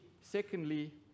secondly